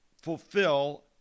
fulfill